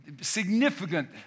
significant